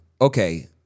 Okay